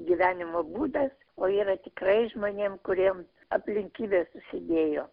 gyvenimo būdas o yra tikrai žmonėm kuriem aplinkybės susidėjo